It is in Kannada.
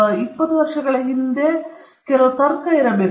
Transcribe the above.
ಅಂದರೆ 20 ವರ್ಷಗಳ ಹಿಂದೆ ಕೆಲವು ತರ್ಕ ಇರಬೇಕು